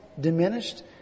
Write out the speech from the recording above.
diminished